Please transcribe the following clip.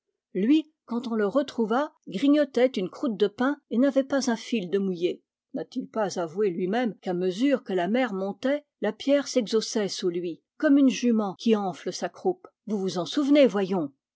lui quand on le retrouva grignotait une croûte de pain et n'avait pas un fil de mouillé n'a-t-il pas avoué lui-même qu'à mesure que la mer montait la pierre s'exhaussait sous lui comme une jument qui enfle sa croupe vous vous en souvenez voyons